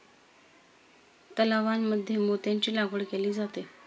तलावांमध्ये मोत्यांची लागवड केली जाते